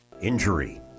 Injury